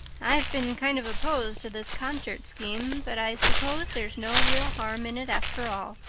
i've been kind of opposed to this concert scheme, but i suppose there's no real harm in it after all.